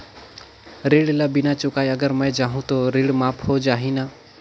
ऋण ला बिना चुकाय अगर मै जाहूं तो ऋण माफ हो जाही न?